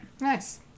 nice